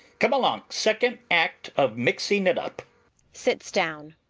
come along! second act of mixing it up sits down.